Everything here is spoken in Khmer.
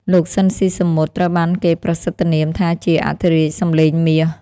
លោក ស៊ីន ស៊ីសាមុត ត្រូវបានគេប្រសិទ្ធនាមថាជា "អធិរាជសម្លេងមាស"។